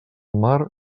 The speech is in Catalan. mar